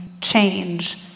change